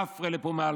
עפרא לפומיה,